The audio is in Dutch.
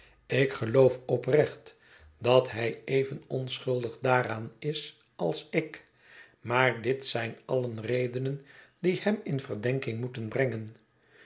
ik geloof oprecht dat hij even onschuldig daaraan is als ik maar dit zijn allen redenen die hem in verdenking moeten brengen